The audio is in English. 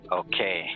okay